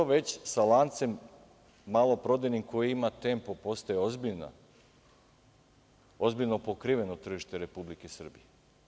To već sa lancem maloprodajni koji ima „Tempo“ postaje ozbiljno pokriven od tržište Republike Srbije.